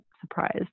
surprised